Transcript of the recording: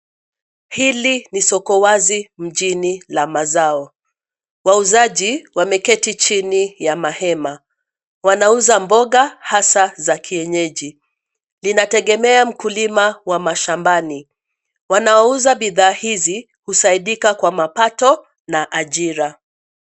Hili ni soko wazi mjini la mazao. Wauzaji wameketi chini ya mahema, wanauza mboga hasa za kienyeji. Inategemea mkulima wa mashambani, wanaouza bidhaa hizi husaidika kwa mapato na ajira.